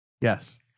Yes